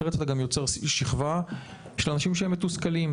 אחרת אתה גם יוצר שכבה של אנשים שהם מתוסכלים,